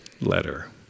letter